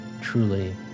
truly